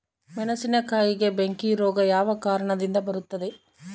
ಮೆಣಸಿನಕಾಯಿಗೆ ಬೆಂಕಿ ರೋಗ ಯಾವ ಕಾರಣದಿಂದ ಬರುತ್ತದೆ?